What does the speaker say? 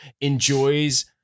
enjoys